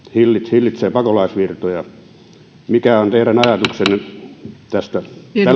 hillitsee pakolaisvirtoja mikä on teidän ajatuksenne tästä